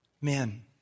Men